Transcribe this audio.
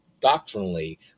doctrinally